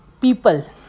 people